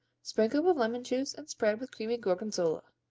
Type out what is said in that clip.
sprinkle with lemon juice and spread with creamy gorgonzola.